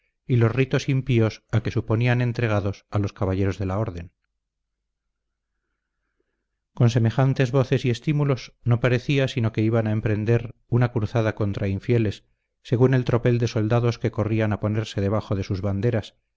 y los ritos impíos a que suponían entregados a los caballeros de la orden con semejantes voces y estímulos no parecía sino que iban a emprender una cruzada contra infieles según el tropel de soldados que corrían a ponerse debajo de sus banderas